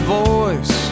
voice